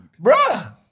Bruh